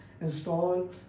install